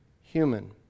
human